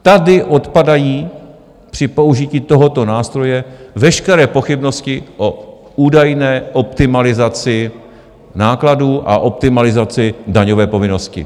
Tady odpadají při použití tohoto nástroje veškeré pochybnosti o údajné optimalizaci nákladů a optimalizaci daňové povinnosti.